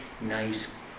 nice